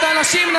את הנשים,